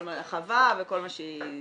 החווה וכל מה שהיא צריכה.